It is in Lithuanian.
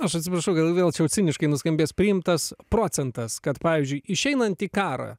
aš atsiprašau gal vėl čia jau ciniškai nuskambės priimtas procentas kad pavyzdžiui išeinant į karą